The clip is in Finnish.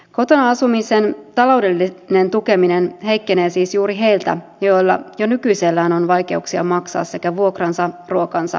kotona asumisen taloudellinen tukeminen heikkenee siis juuri heiltä joilla jo nykyisellään on vaikeuksia maksaa sekä vuokransa ruokansa että sairauskulunsa